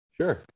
Sure